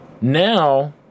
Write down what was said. Now